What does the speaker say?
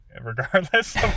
regardless